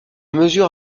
mesure